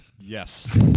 Yes